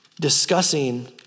discussing